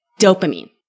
dopamine